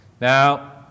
Now